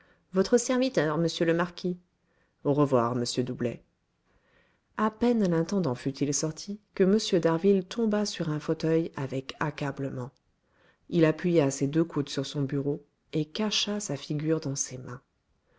votre serviteur monsieur le marquis au revoir monsieur doublet à peine l'intendant fut-il sorti que m d'harville tomba sur un fauteuil avec accablement il appuya ses deux coudes sur son bureau et cacha sa figure dans ses mains